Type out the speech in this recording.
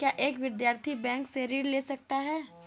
क्या एक विद्यार्थी बैंक से ऋण ले सकता है?